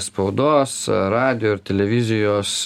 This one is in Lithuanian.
spaudos radijo ir televizijos